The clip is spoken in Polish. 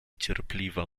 cierpliwa